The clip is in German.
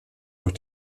auch